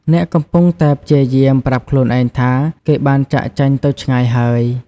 អ្នកកំពុងតែព្យាយាម ប្រាប់ខ្លួនឯងថា គេបានចាកចេញទៅឆ្ងាយហើយ។